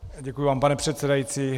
Děkuji vám, pane předsedající.